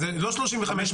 אז זה לא 35 מליון,